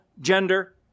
gender